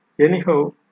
Anyhow